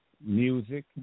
Music